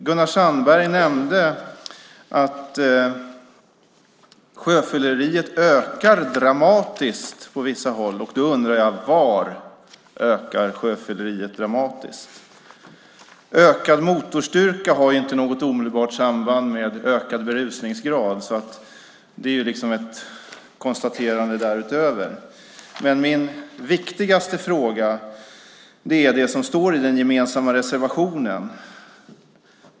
Gunnar Sandberg nämnde att sjöfylleriet dramatiskt ökar på vissa håll. Då undrar jag var det dramatiskt ökar. Ökad motorstyrka har inte något direkt samband med ökad berusningsgrad - det är liksom ett konstaterande därutöver. Min viktigaste fråga gäller det som står i den gemensamma reservationen.